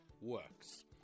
works